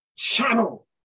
channel